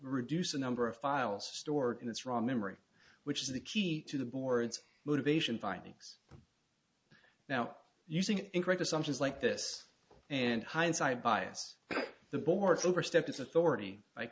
reduce the number of files stored in its raw memory which is the key to the board's motivation findings now using incorrect assumptions like this and hindsight bias the boards overstepped its a